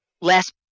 less